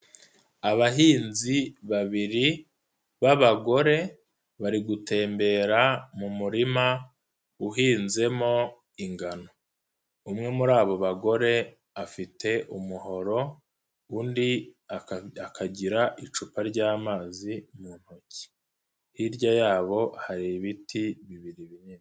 Abahinzi babiri b'abagore, bari gutembera mu murima uhinzemo ingano. Umwe muri abo bagore afite umuhoro, undi akagira icupa ry'amazi mu ntoki. Hirya yabo hari ibiti bibiri binini.